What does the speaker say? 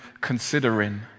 considering